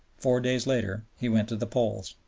four days later he went to the polls.